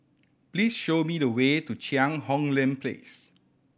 please show me the way to Cheang Hong Lim Place